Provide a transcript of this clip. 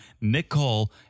Nicole